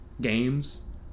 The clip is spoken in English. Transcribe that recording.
games